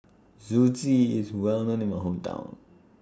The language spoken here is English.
Zosui IS Well known in My Hometown